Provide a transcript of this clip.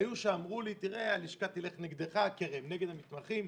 היו שאמרו לי: תראה, הלשכה תלך נגדך, נגד המתמחים.